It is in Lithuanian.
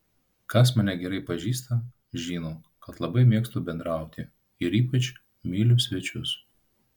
kas mane gerai pažįsta žino kad labai mėgstu bendrauti ir ypač myliu svečius